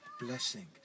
blessing